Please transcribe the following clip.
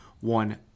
one